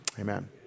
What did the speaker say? Amen